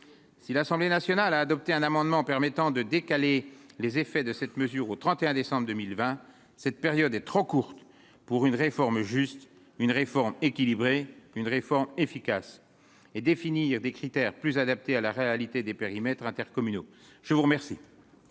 si l'Assemblée nationale a adopté un amendement permettant de décaler les effets de cette mesure au 31 décembre 2020, cette période est trop courte pour une réforme juste une réforme équilibrée, une réforme efficace et définir des critères plus adaptée à la réalité des périmètres intercommunaux, je vous remercie.